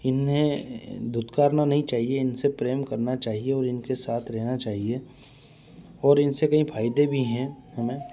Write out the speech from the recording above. इन्हें दुतकारना नहीं चाहिए इनसे प्रेम करना चाहिए और इनके साथ रहना चाहिए व और इनसे कहीं फायदे भी हैं हमें